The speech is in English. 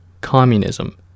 communism